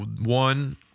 One